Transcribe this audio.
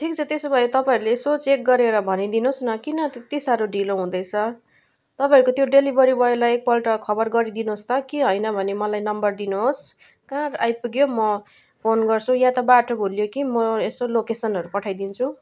ठिक छ त्यसो भए तपाईँहरूले यसो चेक गरेर भनिदिनुहोस् न किन त्यति साह्रो ढिलो हुँदैछ तपाईँहरूको त्यो डेलिभरी बोइलाई एकपल्ट खबर गरिदिनुहोस् त कि होइन भने मलाई नम्बर दिनुहोस् कहाँ आइपुग्यो म फोन गर्छु या त बाटो भुल्यो कि म यसो लोकेसनहरू पठाइदिन्छु